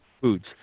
foods